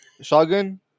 Shotgun